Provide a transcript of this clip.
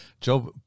Job